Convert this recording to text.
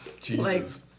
Jesus